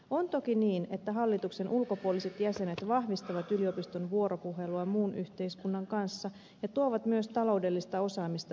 on toki niin että hallituksen ulkopuoliset jäsenet vahvistavat yliopiston vuoropuhelua muun yhteiskunnan kanssa ja tuovat myös taloudellista osaamista yliopiston hyväksi